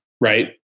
Right